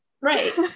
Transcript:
right